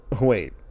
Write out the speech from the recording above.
Wait